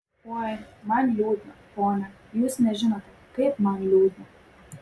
oi man liūdna pone jūs nežinote kaip man liūdna